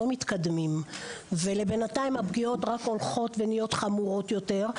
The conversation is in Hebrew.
לא מתקדמים ולבינתיים הפגיעות רק הולכות ונהיות חמורות יותר.